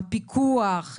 הפיקוח,